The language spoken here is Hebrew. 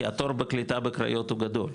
כי התור בקליטה בקריות הוא גדול,